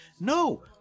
no